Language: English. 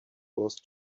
was